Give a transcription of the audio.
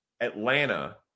Atlanta